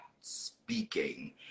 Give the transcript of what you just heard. speaking